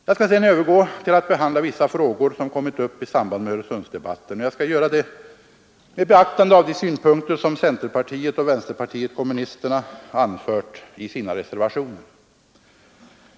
Jag skall härefter övergå till att behandla vissa frågor som kommit upp i samband med Öresundsdebatten, och jag skall göra det med beaktande av de synpunkter som centerpartiet och vänsterpartiet kommunisterna anfört i sina reservationer.